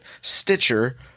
Stitcher